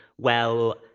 well,